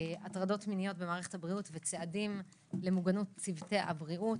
הטרדות מיניות במערכת הבריאות וצעדים למוגנות צוותי הבריאות.